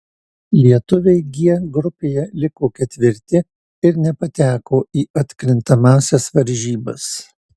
lietuviai g grupėje liko ketvirti ir nepateko į atkrintamąsias varžybas